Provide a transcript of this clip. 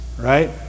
right